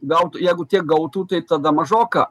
gautų jeigu tiek gautų tai tada mažoka